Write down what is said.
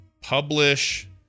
publish